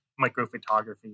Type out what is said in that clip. microphotography